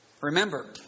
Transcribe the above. Remember